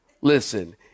Listen